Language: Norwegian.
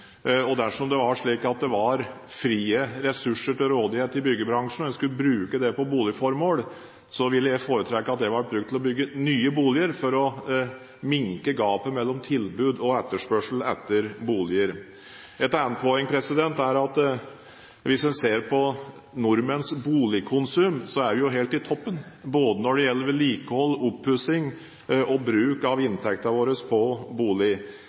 byggebransjen. Dersom det var slik at det var frie ressurser til rådighet i byggebransjen, og man skulle bruke det på boligformål, ville jeg foretrekke at det ble brukt til å bygge nye boliger, for å minke gapet mellom tilbud på og etterspørsel etter boliger. Et annet poeng er at hvis man ser på nordmenns boligkonsum, er vi helt i toppen når det gjelder vedlikehold, oppussing og bruk av inntekten vår på bolig.